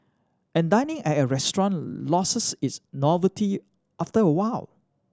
and dining at a restaurant loses its novelty after a while